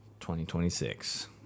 2026